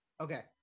okay